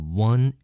one